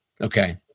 Okay